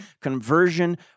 conversion